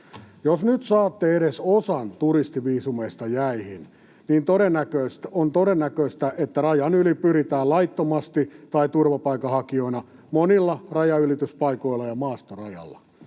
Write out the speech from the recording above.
Jos nyt saatte edes osan turistiviisumeista jäihin, niin on todennäköistä, että rajan yli pyritään laittomasti tai turvapaikanhakijoina monilla rajanylityspaikoilla ja maastorajalla.